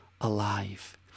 alive